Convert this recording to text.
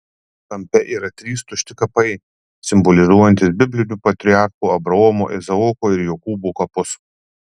kampe yra trys tušti kapai simbolizuojantys biblinių patriarchų abraomo izaoko ir jokūbo kapus